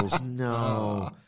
No